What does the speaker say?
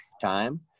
time